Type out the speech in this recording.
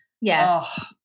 Yes